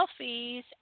selfies